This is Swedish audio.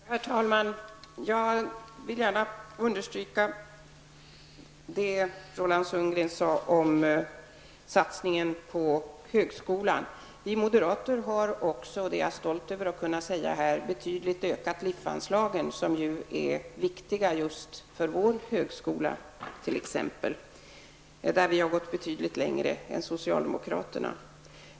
Herr talman! Jag vill gärna understryka det Roland Sundgren sade om satsningen på högskolan. Vi moderater har också -- jag är stolt över att kunna säga det -- betydligt ökat LIF-anslaget, som ju är viktigt just för vår högskola. Där har vi gått betydligt längre än socialdemokraterna.